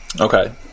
Okay